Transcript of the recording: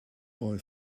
boy